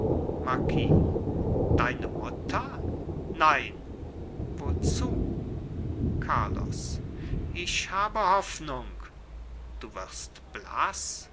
marquis deine mutter nein wozu carlos ich habe hoffnung du wirst blaß